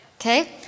okay